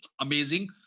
amazing